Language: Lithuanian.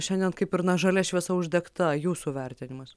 šiandien kaip ir na žalia šviesa uždegta jūsų vertinimas